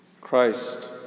Christ